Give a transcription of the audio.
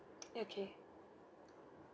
okay